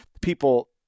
people